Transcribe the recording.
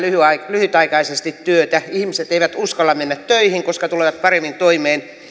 lyhytaikaisesti työtä ihmiset eivät uskalla mennä töihin koska tulevat paremmin toimeen